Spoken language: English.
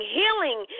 healing